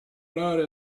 laurea